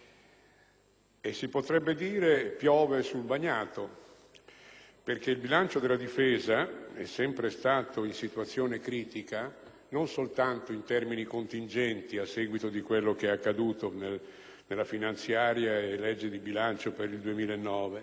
e si potrebbe dire che piove sul bagnato, perché il bilancio della difesa è sempre stato in situazione critica, non soltanto in termini contingenti, a seguito di quello che è accaduto nella finanziaria e legge di bilancio per il 2009, ma perché da sempre